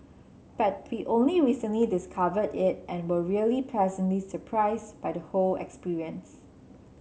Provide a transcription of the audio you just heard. but we only recently discovered it and were really pleasantly surprised by the whole experience